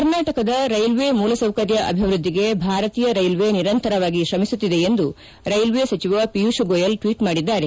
ಕರ್ನಾಟಕದ ರೈಲ್ವೆ ಮೂಲಸೌಕರ್ಯ ಅಭಿವೃದ್ದಿಗೆ ಭಾರತೀಯ ರೈಲ್ವೆ ನಿರಂತರವಾಗಿ ಶ್ರಮಿಸುತ್ತಿದೆ ಎಂದು ರೈಲ್ವೆ ಸಚಿವ ಪಿಯೂಷ್ ಗೋಯಲ್ ಟ್ವೀಟ್ ಮಾಡಿದ್ದಾರೆ